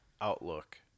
outlook